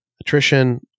attrition